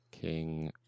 King